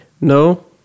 no